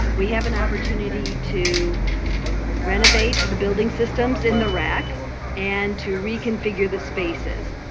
we have an opportunity to renovate to the building systems in the rack and to reconfigure the spaces.